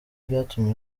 byamuteye